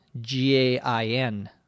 G-A-I-N